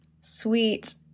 sweet